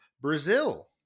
Brazil